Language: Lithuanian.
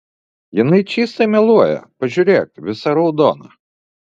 jinai čystai meluoja pažiūrėk visa raudona